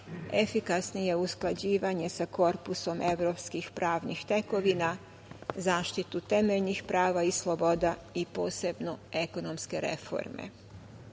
efikasnije usklađivanje sa korpusom evropskih pravnih tekovina, zaštitu temeljnih prava i sloboda i posebno ekonomske